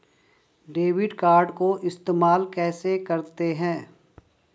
Debit card को इस्तेमाल कैसे करते हैं?